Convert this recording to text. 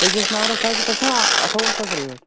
أکِس نمبرَس حظ گژھان اَٹھوٚوُہ ساس ریٹ